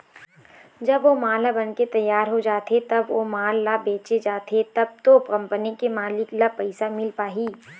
जब ओ माल ह बनके तियार हो जाथे तब ओ माल ल बेंचे जाथे तब तो कंपनी के मालिक ल पइसा मिल पाही